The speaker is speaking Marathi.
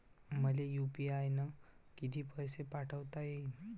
मले यू.पी.आय न किती पैसा पाठवता येईन?